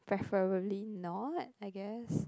preferably no like I guess